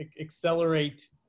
accelerate